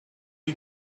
you